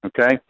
okay